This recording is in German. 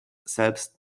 selbst